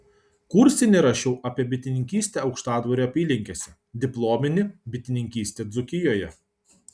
kursinį rašiau apie bitininkystę aukštadvario apylinkėse diplominį bitininkystę dzūkijoje